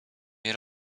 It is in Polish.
nie